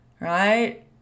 right